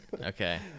Okay